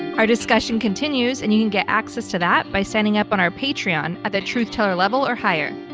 our discussion continues and you can get access to that by signing up on our patreon at the truth-teller level or higher.